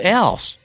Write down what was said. else